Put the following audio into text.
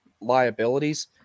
liabilities